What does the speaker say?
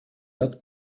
date